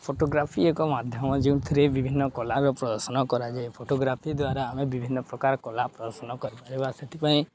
photography ଏକ ମାଧ୍ୟମ ଯେଉଁଥିରେ ବିଭିନ୍ନ କଳାର ପ୍ରଦର୍ଶନ କରାଯାଏ ଫଟୋଗ୍ରାଫି ଦ୍ୱାରା ଆମେ ବିଭିନ୍ନ ପ୍ରକାର କଳା ପ୍ରଦର୍ଶନ କରିପାରିବା ସେଥିପାଇଁ